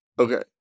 Okay